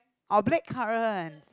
oh blackcurrent